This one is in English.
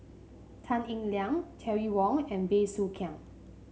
Tan Eng Liang Terry Wong and Bey Soo Khiang